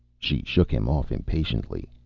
she shook him off impatiently.